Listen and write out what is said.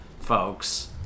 folks